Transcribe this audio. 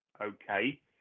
okay